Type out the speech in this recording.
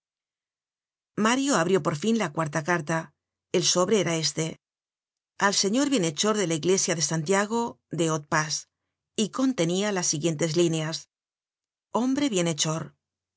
mario abrió por fin la cuarta carta el sobre era este al señor bien hechor de la iglesia de santiago de haut pas y contenia las siguientes líneas hombre